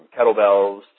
kettlebells